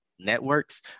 Networks